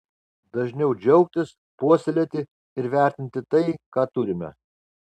dažniau džiaugtis puoselėti ir vertinti tai ką turime